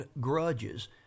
grudges